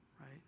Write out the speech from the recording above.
Right